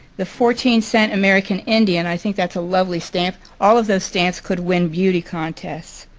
the fourteen cent american indian. i think that's a lovely stamp. all of those stamps could win beauty contests.